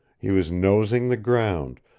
he was nosing the ground,